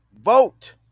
vote